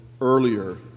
earlier